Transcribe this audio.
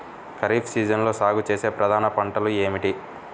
ఖరీఫ్ సీజన్లో సాగుచేసే ప్రధాన పంటలు ఏమిటీ?